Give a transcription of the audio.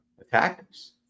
attackers